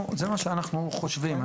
זה מה שאנחנו חושבים.